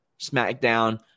SmackDown